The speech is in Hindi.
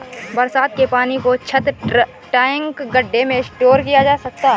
बरसात के पानी को छत, टैंक, गढ्ढे में स्टोर किया जा सकता है